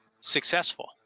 successful